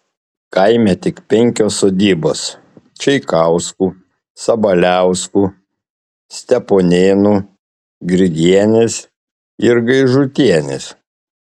kaime tik penkios sodybos čeikauskų sabaliauskų steponėnų grigienės ir gaižutienės